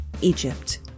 Egypt